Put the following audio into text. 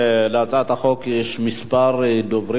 להצעת החוק נרשמו כמה דוברים.